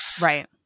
Right